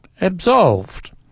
absolved